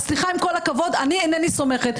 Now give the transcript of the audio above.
אז סליחה, עם כל הכבוד, אני אינני סומכת.